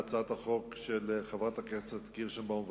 להצעת החוק של חברת הכנסת קירשנבאום ואחרים.